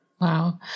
Wow